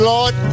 Lord